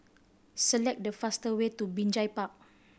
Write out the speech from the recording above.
select the faster way to Binjai Park